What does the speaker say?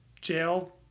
jail